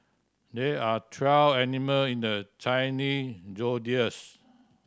there are twelve animal in the zodiacs